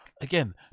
again